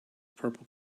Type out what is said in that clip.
purple